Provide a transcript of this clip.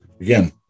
again